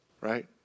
Right